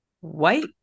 white